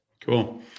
Cool